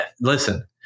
listen